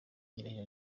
irahira